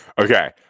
Okay